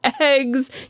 eggs